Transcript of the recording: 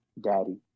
Daddy